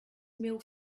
meal